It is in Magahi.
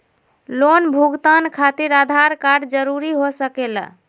लोन भुगतान खातिर आधार कार्ड जरूरी हो सके ला?